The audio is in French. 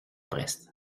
brest